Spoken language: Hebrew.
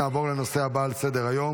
נעבור לנושא הבא על סדר-היום,